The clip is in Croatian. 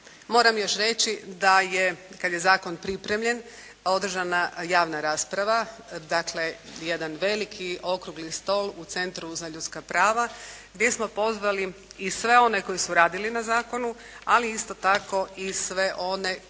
Moram još reći da je kada je zakon pripremljen, održana javna rasprava, dakle jedan veliki okrugli stol u Centru za ljudska prava gdje smo pozvali i sve one koji su radili na zakonu, ali isto tako i sve one za koje smo smatrali